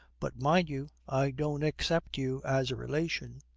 but, mind you, i don't accept you as a relation.